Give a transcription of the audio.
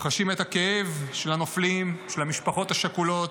חשים את הכאב של הנופלים, של המשפחות השכולות,